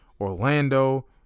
Orlando